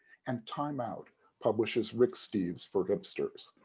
and time out publishes rick steves for hipsters,